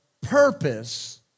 purpose